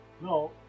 No